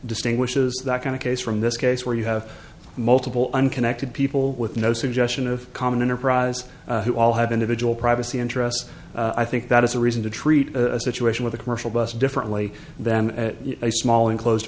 distinguishes that kind of case from this case where you have multiple unconnected people with no suggestion of common enterprise who all have individual privacy interests i think that is a reason to treat a situation with a commercial bus differently than a small enclosed